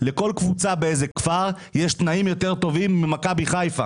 לכל קבוצה באיזה כפר יש תנאים יותר טובים ממכבי חיפה,